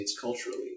culturally